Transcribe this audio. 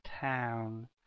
town